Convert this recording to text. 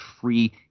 free